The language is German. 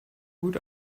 gut